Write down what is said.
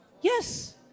Yes